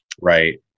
right